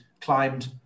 climbed